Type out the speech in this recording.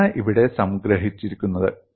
അതാണ് ഇവിടെ സംഗ്രഹിച്ചിരിക്കുന്നത്